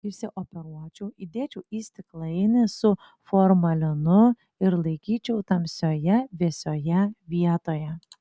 išsioperuočiau įdėčiau į stiklainį su formalinu ir laikyčiau tamsioje vėsioje vietoje